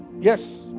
yes